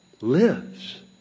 lives